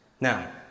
Now